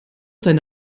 deine